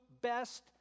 best